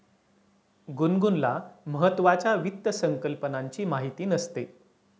गुनगुनला महत्त्वाच्या वित्त संकल्पनांची माहिती नसते